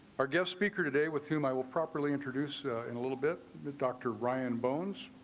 our guest speaker today with whom i will properly introduce in a little bit with dr. ryan bones.